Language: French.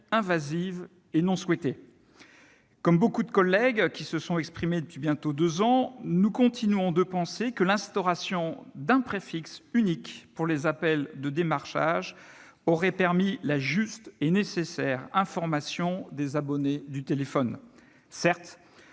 invasives et non souhaitées. Comme beaucoup de collègues qui se sont exprimés depuis bientôt deux ans, nous continuons de penser que l'instauration d'un préfixe unique pour les appels de démarchage aurait permis la juste et nécessaire information des abonnés du téléphone. Certes,